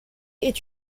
est